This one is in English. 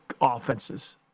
offenses